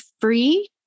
free